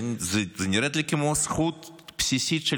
זה נראה לי כמו זכות בסיסית של